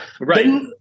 right